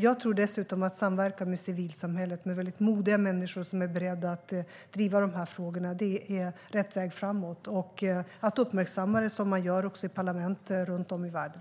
Jag tror dessutom på samverkan med civilsamhället. Det är väldigt modiga människor som är beredda att driva dessa frågor, och det är rätt väg framåt. Jag tror också på att uppmärksamma detta, som man gör i parlament runt om i världen.